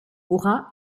aura